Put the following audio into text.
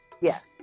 Yes